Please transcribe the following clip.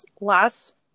last